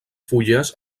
fulles